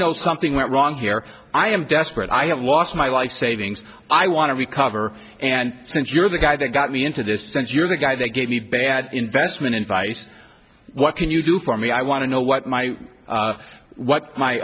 know something went wrong here i am desperate i have lost my life savings i want to recover and since you're the guy that got me into this since you're the guy that gave me bad investment advice what can you do for me i want to know what my what my